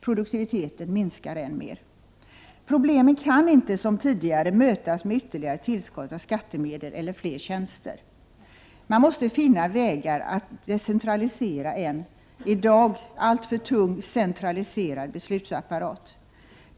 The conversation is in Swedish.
Produktiviteten minskar än mer. Problemen kan inte som tidigare mötas med ytterligare tillskott av skattemedel eller fler tjänster. Man måste finna vägar att decentralisera en i dag alltför tung, centraliserad beslutsapparat.